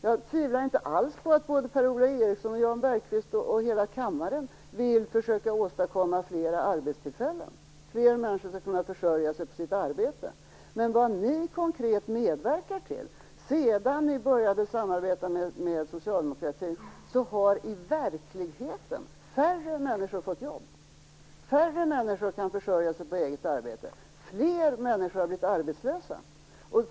Jag tvivlar inte alls på att både Per Ola Eriksson, Jan Bergqvist och hela kammaren vill försöka åstadkomma fler arbetstillfällen och vill att fler människor skall kunna försörja sig på sitt arbete. Vad ni konkret medverkat till sedan ni började samarbeta med Socialdemokraterna är att färre människor fått jobb, att färre människor kan försörja sig på eget arbete och att fler människor blivit arbetslösa.